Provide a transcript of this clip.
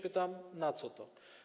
Pytam: Na co to?